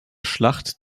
schlacht